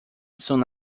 soon